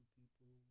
people